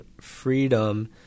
freedom